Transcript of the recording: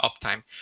uptime